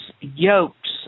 yokes